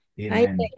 Amen